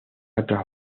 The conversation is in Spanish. otra